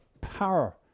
power